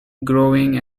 growing